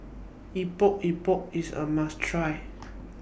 Epok Epok IS A must Try